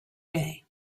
day